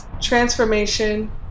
Transformation